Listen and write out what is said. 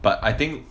but I think